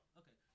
okay